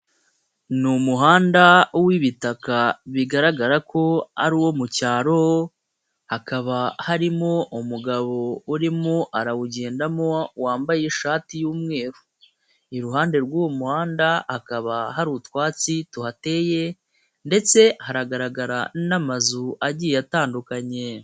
Ni umuhanda w'ibitaka bigaragara ko ari uwo mu cyaro, hakaba harimo umugabo urimo arawugendamo wambaye ishati y'umweru. Iruhande rw'uwo muhanda akaba hari utwatsi tuhateye ndetse haragaragara n'amazu agiye atandukanye.